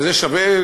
זה שווה,